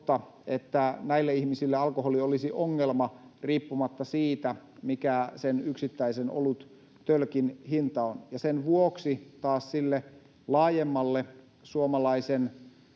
että näille ihmisille alkoholi olisi ongelma riippumatta siitä, mikä sen yksittäisen oluttölkin hinta on. Ja sen vuoksi taas sille laajemmalle suomalaisen